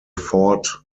fort